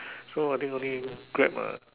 so I think only Grab ah